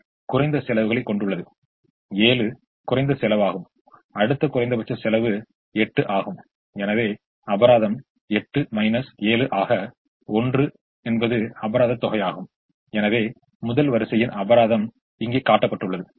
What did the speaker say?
எனவே இந்த கட்டத்தின் சுழற்சி இங்கே தொடங்கின அதாவது இது இதற்குச் பொருந்தியது அதுபோல் இது இதற்குச் பொருந்தியது மீண்டும் அந்த அலகு இதற்கு பொருந்தி மீண்டும் சுழற்சிமுறையில் அதே கட்டத்தை அடைந்தது